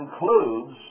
includes